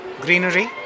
greenery